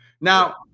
now